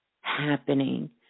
happening